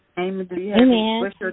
Amen